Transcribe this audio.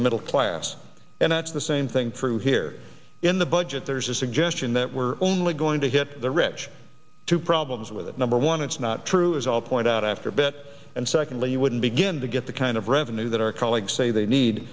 the middle class and that's the same thing through here in the budget there's a suggestion that we're only going to hit the rich two problems with it number one it's not true as i'll point out after a bit and secondly you wouldn't begin to get the kind of revenue that our colleagues say they need